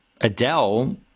Adele